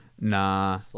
Nah